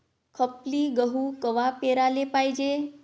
खपली गहू कवा पेराले पायजे?